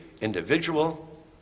individual